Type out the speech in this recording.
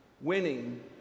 winning